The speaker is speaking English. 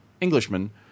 Englishman –